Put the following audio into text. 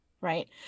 right